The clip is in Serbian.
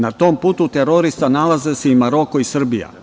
Na tom putu terorista nalaze se i Maroko i Srbija.